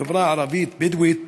החברה הערבית-בדואית,